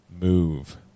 move